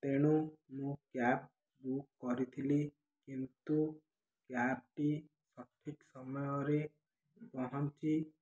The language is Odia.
ତେଣୁ ମୁଁ କ୍ୟାବ୍ ବୁକ୍ କରିଥିଲି କିନ୍ତୁ କ୍ୟାବ୍ଟି ସଠିକ୍ ସମୟରେ ପହଞ୍ଚି